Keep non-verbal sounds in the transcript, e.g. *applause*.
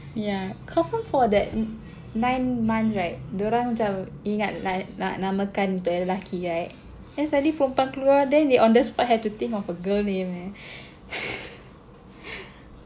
yeah confirm for that nine months right diorang macam ingat nak nak namakan untuk lelaki right then suddenly perempuan keluar then they on the spot have to think of a girl name leh *laughs*